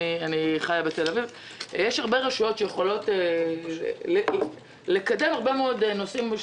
אני חייה בתל אביב שיכולות לקדם הרבה מאוד נושאים של